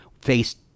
faced